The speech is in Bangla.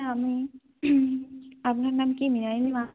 আমি আপনার নাম কি